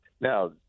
Now